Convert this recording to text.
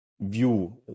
view